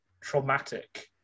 traumatic